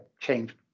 change